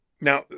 Now